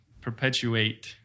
perpetuate